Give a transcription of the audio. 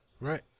Right